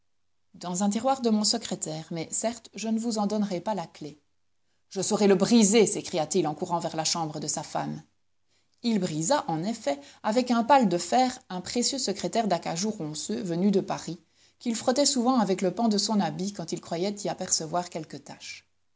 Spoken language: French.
dans un tiroir de mon secrétaire mais certes je ne vous en donnerai pas la clef je saurai le briser s'écria-t-il en courant vers la chambre de sa femme il brisa en effet avec un pal de fer un précieux secrétaire d'acajou ronceux venu de paris qu'il frottait souvent avec le pan de son habit quand il croyait y apercevoir quelque tache